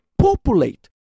populate